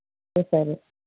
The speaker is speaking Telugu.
వేశారు